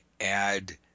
add